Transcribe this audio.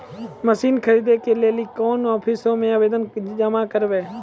Machine खरीदै के लेली कोन आफिसों मे आवेदन जमा करवै?